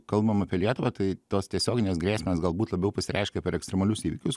kalbam apie lietuvą tai tos tiesioginės grėsmės galbūt labiau pasireiškia per ekstremalius įvykius